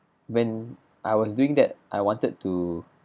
when I was doing that I wanted to